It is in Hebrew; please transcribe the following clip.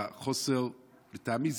לטעמי,